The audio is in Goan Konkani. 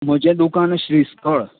म्हजे दुकान श्री स्थळ